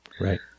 Right